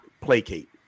placate